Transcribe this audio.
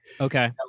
Okay